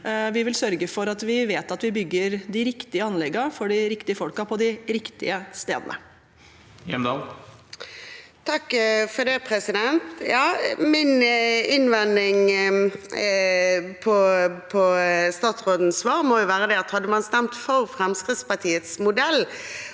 Vi vil sørge for at vi vet at vi bygger de riktige anleggene for de riktige folkene på de riktige stedene. Silje Hjemdal (FrP) Min innvending mot statsrådens svar må være at hadde man stemt for Fremskrittspartiets modell